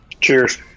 cheers